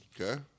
Okay